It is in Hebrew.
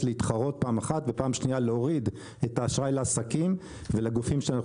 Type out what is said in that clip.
להתחרות פעם אחת ופעם שנייה להוריד את האשראי לעסקים ולגופים שאנחנו